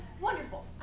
Wonderful